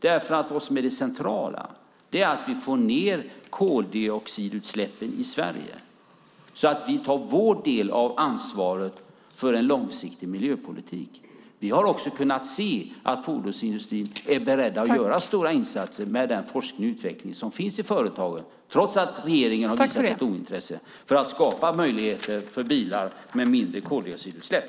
Det centrala är nämligen att vi får ned koldioxidutsläppen i Sverige så att vi tar vår del av ansvaret för en långsiktig miljöpolitik. Vi har också kunnat se att fordonsindustrin är beredd att göra stora insatser med den forskning och utveckling som finns i företagen, trots att regeringen har visat ett ointresse för att skapa möjligheter för bilar med mindre koldioxidutsläpp.